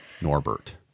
Norbert